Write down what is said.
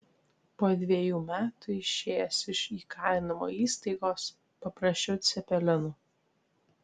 po dvejų metų išėjęs iš įkalinimo įstaigos paprašiau cepelinų